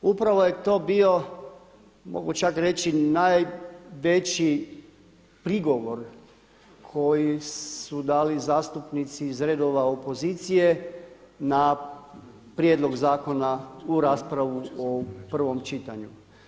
Upravo je to bio, mogu čak reći najveći prigovor koji su dali zastupnici iz redova opozicije na prijedlog Zakona u raspravu o prvom čitanju.